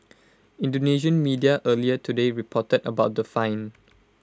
Indonesian media earlier today reported about the fine